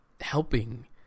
helping